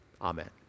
Amen